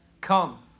come